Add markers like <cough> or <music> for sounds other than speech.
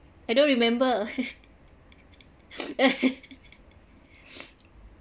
I don't remember <laughs> <breath> <laughs> <breath>